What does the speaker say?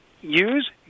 use